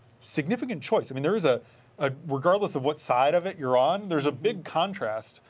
significant choice. i mean there is, ah ah regardless of what side of it you are on, there is a big contrast,